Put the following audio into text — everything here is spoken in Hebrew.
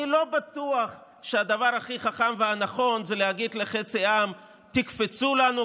אני לא בטוח שהדבר הכי חכם והנכון הוא להגיד לחצי עם: תקפצו לנו,